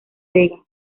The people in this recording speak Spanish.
vega